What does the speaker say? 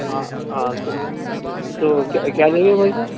ہاں ہاں تو تو کیا کیا لیں گے بھائی صاب